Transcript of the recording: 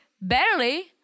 barely